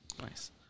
Nice